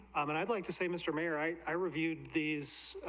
i mean i like to say mr. may write i reviewed these,